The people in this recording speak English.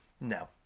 no